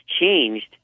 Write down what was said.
changed